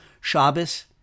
Shabbos